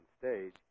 stage